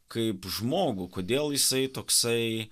kaip žmogų kodėl jisai toksai